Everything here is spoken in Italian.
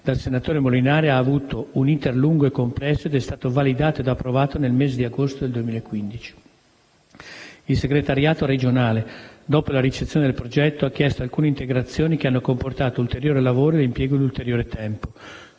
dal senatore Molinari, ha avuto un *iter* lungo e complesso ed è stato validato e approvato nel mese di agosto del 2015. Il Segretariato regionale, dopo la ricezione del progetto, ha chiesto alcune integrazioni, che hanno comportato ulteriore lavoro e l'impiego di ulteriore tempo.